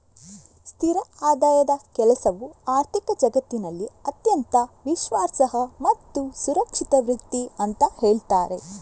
ಸ್ಥಿರ ಆದಾಯದ ಕೆಲಸವು ಆರ್ಥಿಕ ಜಗತ್ತಿನಲ್ಲಿ ಅತ್ಯಂತ ವಿಶ್ವಾಸಾರ್ಹ ಮತ್ತು ಸುರಕ್ಷಿತ ವೃತ್ತಿ ಅಂತ ಹೇಳ್ತಾರೆ